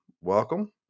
welcome